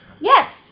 Yes